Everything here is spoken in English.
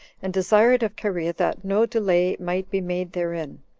and desired of cherea that no delay might be made therein.